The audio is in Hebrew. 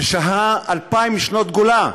ששהה אלפיים שנות בגולה,